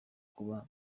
kuba